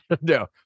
No